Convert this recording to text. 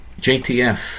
JTF